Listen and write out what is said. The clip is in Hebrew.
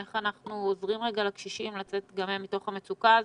איך אנחנו עוזרים לקשישים לצאת גם הם מתוך המצוקה הזו.